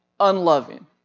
unloving